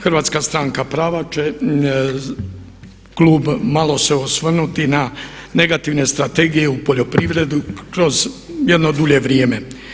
Hrvatska stranka prava će, klub, malo se osvrnuti na negativne strategije u poljoprivredi kroz jedno dulje vrijeme.